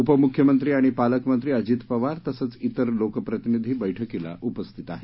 उपमुख्यमंत्री आणि पालकमंत्री अजित पवार तसच तिर लोकप्रतिनिधी बैठकीला उपस्थित आहेत